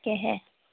তাকেহে